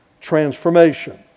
transformation